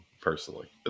personally